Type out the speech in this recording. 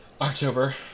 October